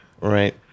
Right